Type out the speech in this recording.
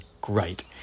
great